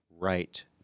right